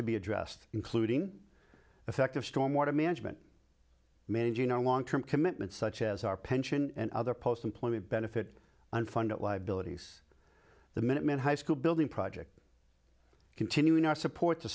to be addressed including effective storm water management managing a long term commitment such as our pension and other post employee benefit unfunded liabilities the minuteman high school building project continuing our support t